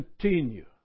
continue